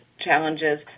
challenges